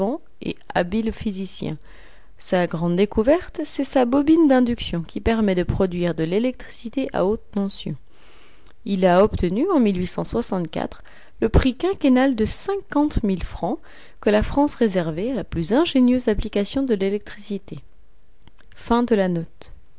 et habile physicien sa grande découverte c'est sa bobine d'induction qui permet de produire de l'électricité à haute tension il a obtenu en le prix quinquennal de fr que la france réservait à la plus ingénieuse application de l'électricité